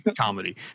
comedy